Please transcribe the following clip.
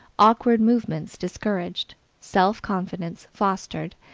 awkward movements discouraged, self confidence fostered,